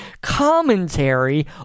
commentary